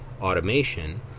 automation